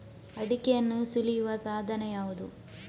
ಅಡಿಕೆಯನ್ನು ಸುಲಿಯುವ ಸಾಧನ ಯಾವುದು?